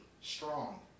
strong